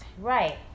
Right